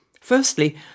Firstly